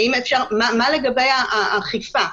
מה לגבי האכיפה?